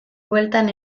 bueltan